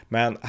Men